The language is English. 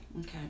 Okay